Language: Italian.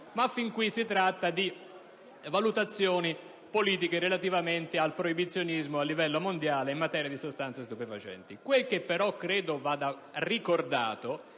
Ma fin qui si tratta di valutazioni politiche relativamente al proibizionismo a livello mondiale in materia di sostanze stupefacenti. Quello che però credo vada ricordato